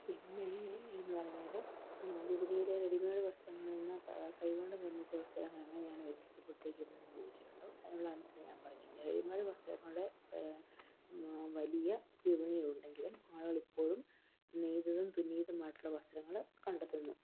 പിന്നെയെന്ന് പറഞ്ഞാല് വിപണിയിലെ റെഡിമേയ്ഡ് വസ്ത്രങ്ങളില് നിന്ന് കൈകൊണ്ട് നിർമ്മിച്ച വസ്ത്രങ്ങൾ എങ്ങനെയാണ് വ്യത്യാസപ്പെട്ടിരിക്കുന്നതെന്ന് ചോദിച്ചിട്ടുണ്ട് അതിനുള്ള അന്സര് ഞാൻ പറഞ്ഞുകഴിഞ്ഞു റെഡിമേഡ് വസ്ത്രങ്ങളുടെ വലിയ വിപണികളുണ്ടെങ്കിലും ആളുകളിപ്പോഴും നെയ്തതും തുന്നിയതുമായിട്ടുള്ള വസ്ത്രങ്ങള് കണ്ടെത്തുന്നു